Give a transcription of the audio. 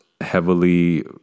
heavily